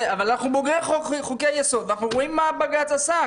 אנחנו בוגרי חוקי יסוד ואנחנו רואים מה הבג"ץ עשה.